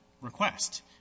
request